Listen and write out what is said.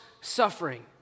suffering